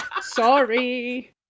sorry